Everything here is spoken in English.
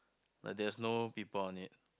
but there's no people on it